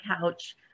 couch